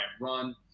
run